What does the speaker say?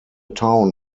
town